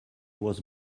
was